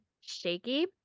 shaky